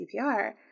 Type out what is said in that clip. CPR